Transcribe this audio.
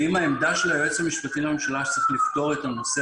אם העמדה של היועץ המשפטי לממשלה היא שצריך לפתור את הנושא